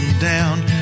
down